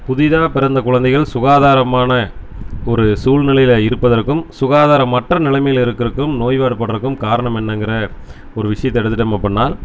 புதிதாக பிறந்த குழந்தைகள் சுகாதாரமான ஒரு சூழ்நிலையில இருப்பதற்கும் சுகாதாரமற்ற நிலமையில இருக்கிறக்கும் நோய்வாய்பட்றதுக்கும் காரணம் என்னங்கிற ஒரு விஷயத்த எடுத்துகிட்டு நம்ம பண்ணிணால்